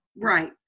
Right